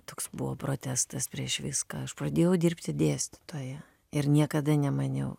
toks buvo protestas prieš viską aš pradėjau dirbti dėstytoja ir niekada nemaniau